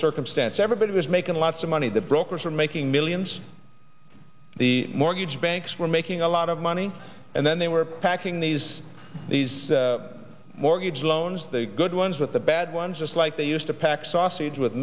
circumstance everybody was making lots of money the brokers were making millions the mortgage banks were making a lot of money and then they were packing these these mortgage loans the good ones with the bad ones just like they used to axe sausage with